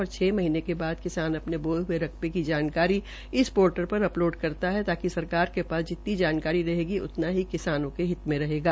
हर छः महीने बाद किसान अपने बोए हूए रकबे के जानकारी इस पोर्टल पर अपलोड करता है ताकि सरकार के पास जितनी जानकारी रहेगी उतना ही किसानों के हित में रहेगा